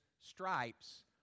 stripes